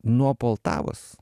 nuo poltavos